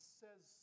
says